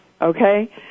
Okay